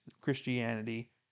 Christianity